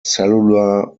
cellular